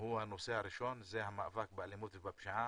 הנושא הראשון זה המאבק באלימות ובפשיעה,